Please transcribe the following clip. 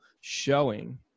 showing